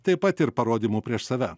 taip pat ir parodymų prieš save